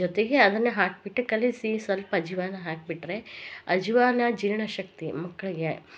ಜೊತೆಗೆ ಅದನ್ನ ಹಾಕ್ಬಿಟ್ಟು ಕಲೆಸಿ ಸ್ವಲ್ಪ ಅಜ್ವಾನ ಹಾಕ್ಬಿಟ್ಟರೆ ಅಜ್ವಾನ ಜೀರ್ಣಶಕ್ತಿ ಮಕ್ಕಳಿಗೆ